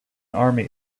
army